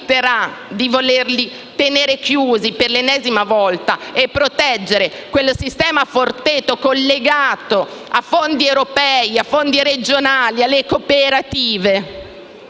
essa riterrà di volerli tenere chiusi per l'ennesima volta e di proteggere quel sistema Forteto, collegato a fondi europei e regionali e alle cooperative,